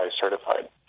certified